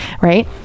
right